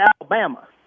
Alabama